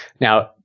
Now